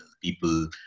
people